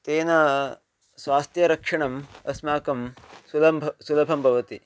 तेन स्वास्थ्यरक्षणम् अस्माकं सुलभं सुलभं भवति